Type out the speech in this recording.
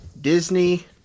Disney